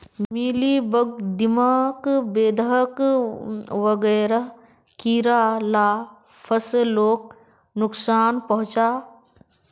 mealybug, दीमक, बेधक वगैरह कीड़ा ला फस्लोक नुक्सान पहुंचाः